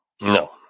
No